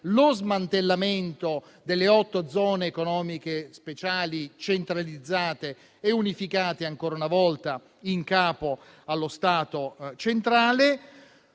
lo smantellamento delle otto zone economiche speciali centralizzate, unificate ancora una volta in capo allo Stato centrale,